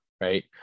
right